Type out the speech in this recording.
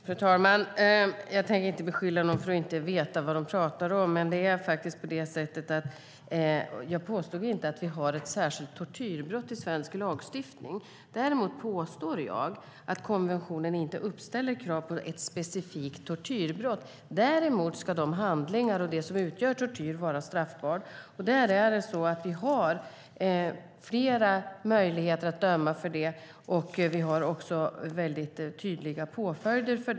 Fru talman! Jag tänker inte beskylla någon för att inte veta vad man pratar om. Jag påstår inte att vi har ett särskilt tortyrbrott i svensk lagstiftning. Däremot påstår jag att konventionen inte uppställer krav på ett specifikt tortyrbrott. Men handlingar och det som utgör tortyr ska vara straffbart. Där har vi flera möjligheter att döma för det, och vi har också väldigt tydliga påföljder.